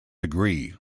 agree